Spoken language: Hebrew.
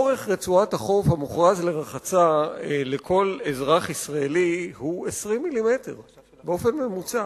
אורך רצועת החוף המוכרז לרחצה לכל אזרח ישראלי הוא 20 מילימטר בממוצע.